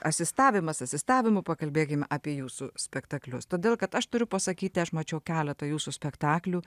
asistavimas asistavimu pakalbėkim apie jūsų spektaklius todėl kad aš turiu pasakyti aš mačiau keletą jūsų spektaklių